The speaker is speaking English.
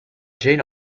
jane